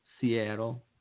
Seattle